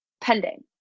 pending